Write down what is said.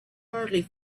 hardly